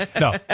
no